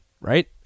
right